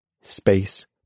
space